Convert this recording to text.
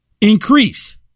increase